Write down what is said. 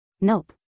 Nope